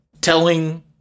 telling